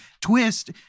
twist